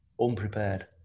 unprepared